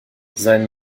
sein